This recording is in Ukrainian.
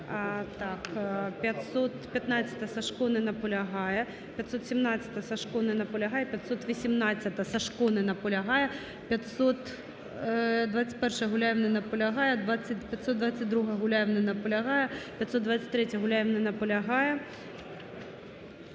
Так, 515-а. Сажко не наполягає. 517-а, Сажко не наполягає. 518-а, Сажко не наполягає. 521-а, Гуляєв не наполягає. 522-а, Гуляєв не наполягає. 523-я, Гуляєв не наполягає.